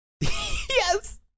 Yes